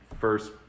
first